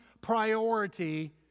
priority